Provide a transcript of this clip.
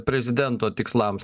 prezidento tikslams